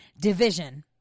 Division